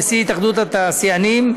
נשיא התאחדות התעשיינים,